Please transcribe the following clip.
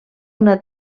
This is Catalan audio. una